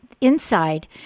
inside